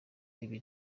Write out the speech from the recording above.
ibi